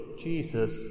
Jesus